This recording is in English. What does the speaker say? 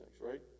Right